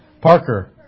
Parker